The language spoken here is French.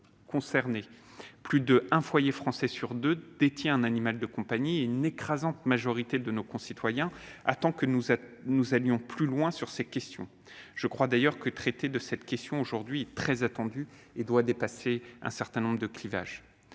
Plus d'un foyer français sur deux détient un animal de compagnie, et une écrasante majorité de nos concitoyens attendent que nous allions plus loin sur ces questions. Il faut traiter une telle question- c'est aujourd'hui très attendu -, et en dépassant un certain nombre de clivages.